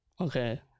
Okay